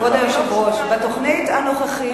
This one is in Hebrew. כבוד היושב-ראש: בתוכנית הנוכחית,